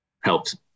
helps